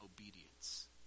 obedience